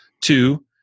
Two